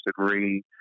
degree